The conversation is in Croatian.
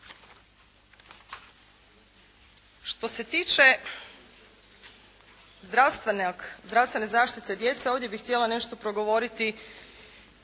Što se tiče zdravstvene zaštite djece, ovdje bih htjela nešto progovoriti